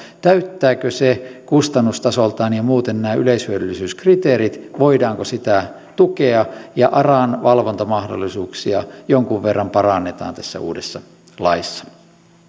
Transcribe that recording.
täyttääkö se kustannustasoltaan ja muuten nämä yleishyödyllisyyskriteerit voidaanko sitä tukea ja aran valvontamahdollisuuksia jonkun verran parannetaan tässä uudessa laissa